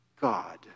God